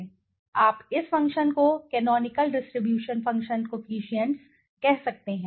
आप इस फ़ंक्शन को कैनोनिकल डिस्ट्रीब्यूशन फ़ंक्शन कोफिशिएंट्स देख सकते हैं